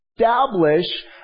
establish